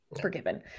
forgiven